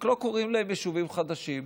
רק לא קוראים להם יישובים חדשים,